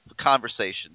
conversation